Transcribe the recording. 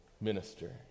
minister